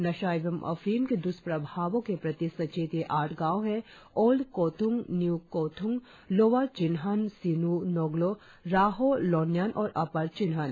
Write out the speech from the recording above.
नशा एवं अफीम के द्रष्प्रभावों के प्रति सचेत ये आठ गांव है ओल्ड कोथ्ंग न्यू कोथ्ंग लोअर चिनहन सिन् नोग्लो राहो लोनयन और अपर चिनहन